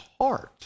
heart